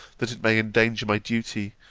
that it may endanger my duty,